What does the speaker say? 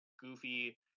goofy